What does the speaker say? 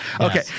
Okay